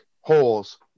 holes